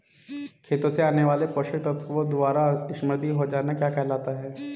खेतों से आने वाले पोषक तत्वों द्वारा समृद्धि हो जाना क्या कहलाता है?